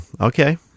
Okay